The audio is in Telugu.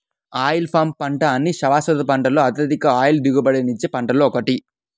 ఆయిల్ పామ్ పంట అన్ని శాశ్వత పంటలలో అత్యధిక ఆయిల్ దిగుబడినిచ్చే పంటలలో ఒకటి